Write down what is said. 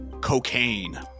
Cocaine